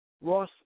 Ross